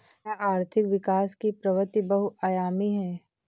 क्या आर्थिक विकास की प्रवृति बहुआयामी है?